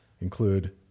include